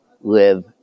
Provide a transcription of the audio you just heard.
live